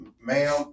ma'am